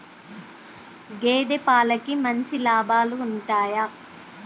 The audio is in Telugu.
గేదే పాలకి మంచి లాభాలు ఉంటయా?